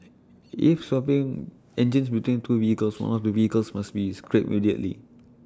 if swapping engines between two vehicles one of the vehicles must be scrapped immediately